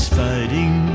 fighting